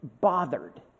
bothered